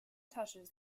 touches